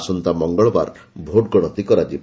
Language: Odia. ଆସନ୍ତା ମଙ୍ଗଳବାର ଭୋଟ ଗଣତି କରାଯିବ